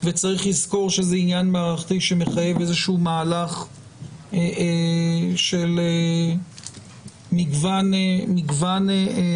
וצריך לזכור שזה עניין מערכתי שמחייב מהלך של מגוון צעדים.